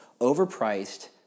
overpriced